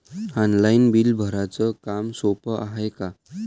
Online bill भराच काम सोपं हाय का?